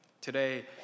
today